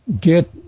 get